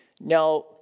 Now